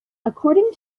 according